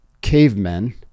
cavemen